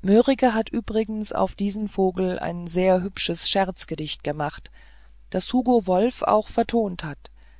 mörike hat übrigens auf diesen vogel ein sehr hübsches scherzgedicht gemacht das hugo wolf auch vertont hat